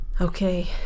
Okay